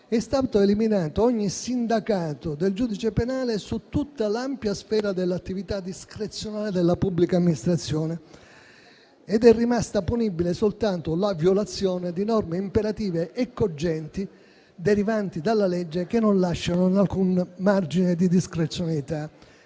è stato eliminato ogni sindacato del giudice penale su tutta l'ampia sfera dell'attività discrezionale della pubblica amministrazione ed è rimasta punibile soltanto la violazione di norme imperative e cogenti derivanti dalla legge, che non lasciano alcun margine di discrezionalità.